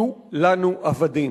יהיו לנו עבדים.